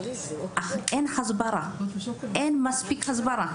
אין הסברה, אין מספיק הסברה.